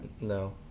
No